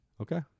Okay